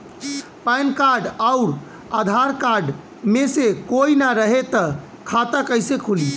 Pan card आउर Aadhaar card मे से कोई ना रहे त खाता कैसे खुली?